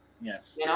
Yes